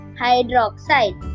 hydroxide